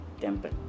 temple